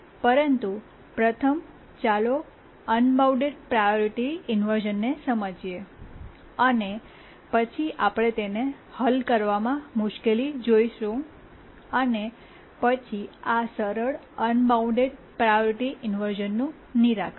પરંતુ પ્રથમ ચાલો અનબાઉન્ડ પ્રાયોરિટી ઇન્વર્શ઼નને સમજીએ અને પછી આપણે તેને હલ કરવામાં મુશ્કેલી જોશું અને પછી આ સરળ અનબાઉન્ડ પ્રાયોરિટી ઇન્વર્શ઼નનું નિરાકરણ